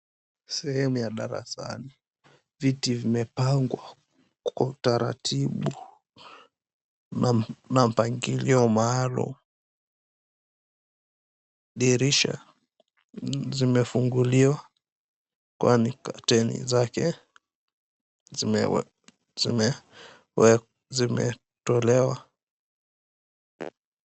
Sehemu ya darasani. Viti vimepangwa kwa utaratibu na mpangilio maalum. Dirisha zimefunguliwa kwani curtain zake zimetolewa.